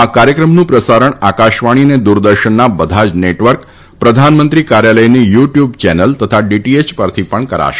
આ કાર્યક્રમનું પ્રસારણ આકાશવાણી અને દુરદર્શનના બધા જ નેટવર્ક પ્રધાનમંત્રી કાર્યાલયની યુ ટુયબ ચેનલ તથા ડીટીએય પરથી કરાશે